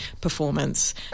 performance